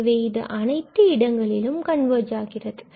எனவே இது அனைத்து இடங்களிலும் கன்வர்ஜ் ஆகிறது